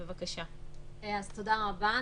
תודה רבה.